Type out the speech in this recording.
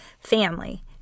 family